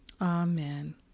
Amen